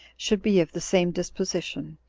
should be of the same disposition,